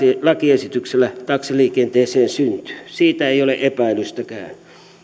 lakiesityksellä taksiliikenteeseen syntyy siitä ei ole epäilystäkään